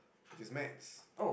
which is maths